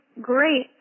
great